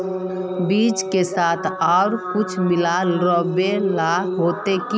बीज के साथ आर कुछ मिला रोहबे ला होते की?